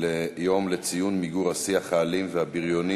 לציון יום מיגור השיח האלים והבריוני